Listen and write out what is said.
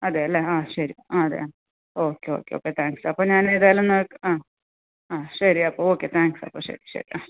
അതെല്ലേ ആ ശരി ആ അതെ ആ ഓക്കെ ഓക്കെ ഓക്കെ താങ്ക്സ് അപ്പം ഞാനിതെല്ലാം എനിക്ക് ആ ആ ശരി അപ്പോൾ ഓക്കെ താങ്ക്സ് അപ്പം ശരി ശരി ആ